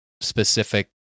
specific